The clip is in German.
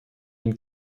den